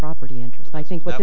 property interest i think what